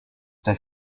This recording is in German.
der